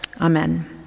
Amen